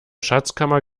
schatzkammer